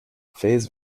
phase